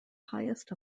highest